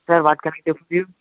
sir one second please